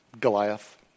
Goliath